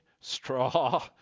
straw